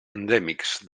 endèmics